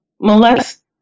molest